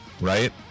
right